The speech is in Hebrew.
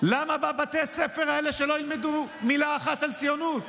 למה שבבתי הספר האלה לא ילמדו מילה אחת על ציונות?